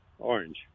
Orange